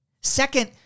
Second